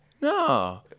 No